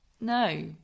No